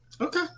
Okay